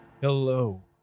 Hello